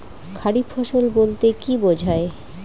খারিফ ফসল বলতে কী বোঝায়?